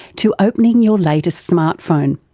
to opening your latest smart phone.